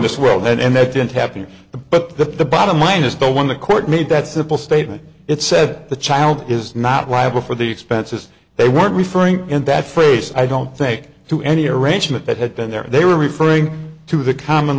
this world and that didn't happen but the bottom line is the one the court made that simple statement it said the child is not liable for the expenses they weren't referring in that phrase i don't think to any arrangement that had been there they were referring to the common